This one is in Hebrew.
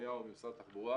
נתניהו ממשרד התחבורה